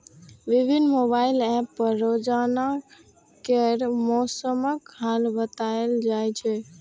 विभिन्न mobile app पर रोजाना केर मौसमक हाल बताएल जाए छै